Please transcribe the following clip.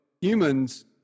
humans